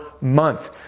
month